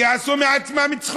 כי הם עשו מעצמם צחוק.